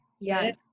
yes